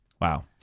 Wow